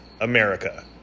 America